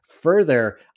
further